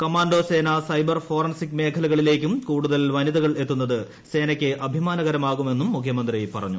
commando സേന cyber forensic മേഖലകളിലേക്കും കൂടുതൽ വനിതകൾ എത്തുന്നത് സേനയ്ക്ക് അഭിമാനകരമാണെന്ന് മുഖ്യമന്ത്രി പറഞ്ഞു